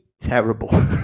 terrible